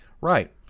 Right